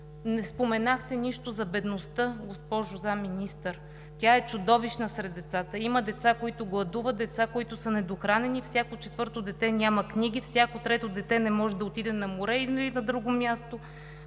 Не споменахте нищо за бедността, госпожо Заместник министър-председател. Тя е чудовищна сред децата – има деца, които гладуват, има деца, които са недохранени, всяко четвърто дете няма книги, всяко трето дете не може да отиде на море или на друго място